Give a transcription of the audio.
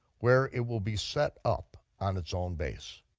where it will be set up on its own base.